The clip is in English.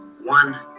one